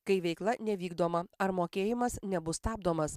kai veikla nevykdoma ar mokėjimas nebus stabdomas